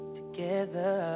together